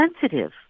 sensitive